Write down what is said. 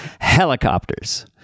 Helicopters